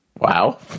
Wow